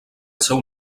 seu